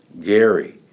Gary